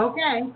Okay